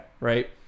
Right